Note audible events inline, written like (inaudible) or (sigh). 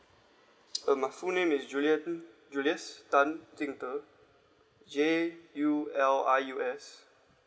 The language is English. (noise) uh my full name is julia T julius tan jing de J U L I U S